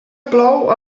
plou